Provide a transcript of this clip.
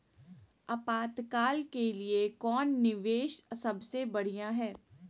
आपातकाल के लिए कौन निवेस सबसे बढ़िया है?